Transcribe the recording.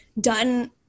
done